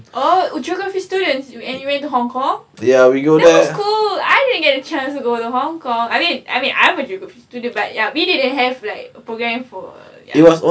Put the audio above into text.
oh oh geography students and you went to hong-kong that was cool I didn't get a chance to go to hong-kong I mean I'm a geography student but we didn't have like a programme for ya